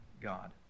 God